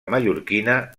mallorquina